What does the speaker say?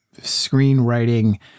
screenwriting